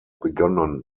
begonnen